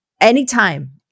Anytime